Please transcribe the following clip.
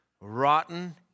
rotten